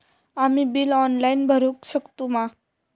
आम्ही bill online भरुक शकतू मा?